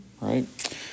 right